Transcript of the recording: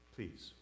Please